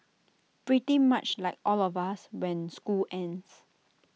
pretty much like all of us when school ends